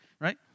right